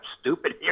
stupid